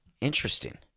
Interesting